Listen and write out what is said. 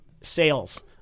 sales